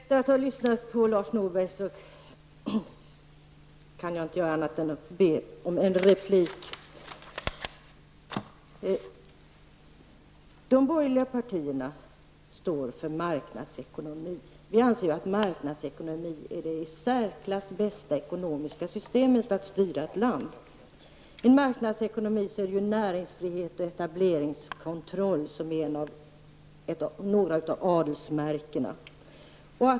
Herr talman! Efter att ha lyssnat till Lars Norberg kan jag inte annat än att be om en replik. De borgerliga partierna står för marknadsekonomi. De anser att marknadsekonomin är det i särklass bästa ekonomiska systemet att styra ett land med. I marknadsekonomin är näringsfrihet utan etableringskontroll ett av adelsmärkena.